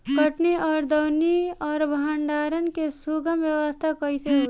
कटनी और दौनी और भंडारण के सुगम व्यवस्था कईसे होखे?